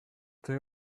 they